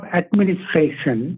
administration